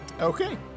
Okay